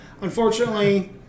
Unfortunately